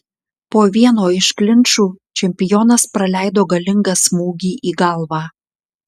po vieno iš klinčų čempionas praleido galingą smūgį į galvą